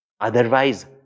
otherwise